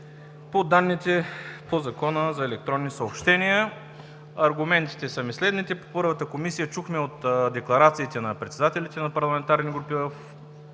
до данните по Закона за електронните съобщения. Аргументите са ми следните. По първата комисия чухме от декларациите на председателите на парламентарни групи